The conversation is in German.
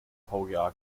vga